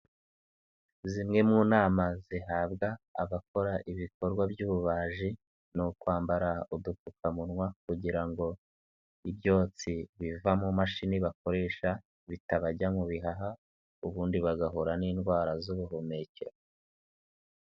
Zimwe mu nama zihabwa abakora ibikorwa by'ububaji ni ukwambara udupfukamunwa kugira ngo ibyotsi biva mu mashini bakoresha bitabajya mu bihaha ubundi bagahura n'indwara z'ubuhumekero.